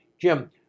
Jim